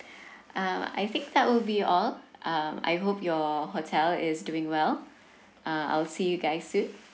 uh I think that will be all um I hope your hotel is doing well uh I'll see you guys soon